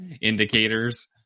indicators